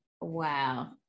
Wow